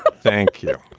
but thank you,